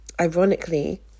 Ironically